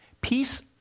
Peace